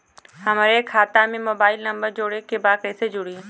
हमारे खाता मे मोबाइल नम्बर जोड़े के बा कैसे जुड़ी?